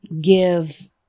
Give